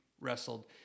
wrestled